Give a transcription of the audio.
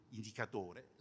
indicatore